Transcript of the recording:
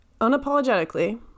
unapologetically